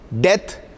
death